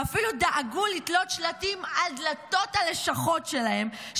ואפילו דאגו לתלות שלטים על דלתות הלשכות שלהם,